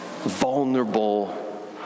vulnerable